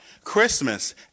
Christmas